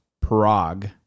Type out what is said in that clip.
Prague